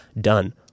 done